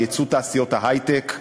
ביצוא תעשיות ההיי-טק,